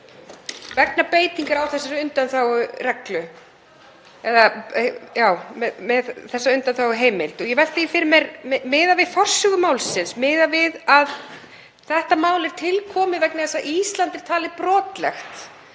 vegna beitingar á þessari undanþágureglu eða varðandi þessa undanþáguheimild. Ég velti því fyrir mér miðað við forsögu málsins, af því að þetta mál er til komið vegna þess að Ísland er talið brotlegt: